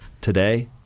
Today